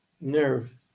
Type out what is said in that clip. nerve